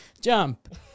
Jump